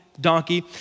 donkey